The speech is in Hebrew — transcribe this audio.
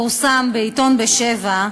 פורסם בעיתון "בשבע"